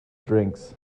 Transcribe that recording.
drinks